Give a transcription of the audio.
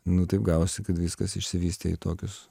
nu taip gavosi kad viskas išsivystė į tokius